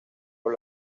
por